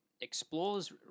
explores